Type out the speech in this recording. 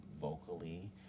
vocally